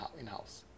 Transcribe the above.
in-house